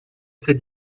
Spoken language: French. ses